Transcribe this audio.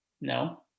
No